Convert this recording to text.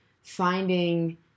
finding